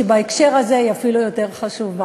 ובהקשר הזה היא אפילו יותר חשובה.